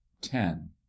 ten